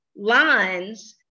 lines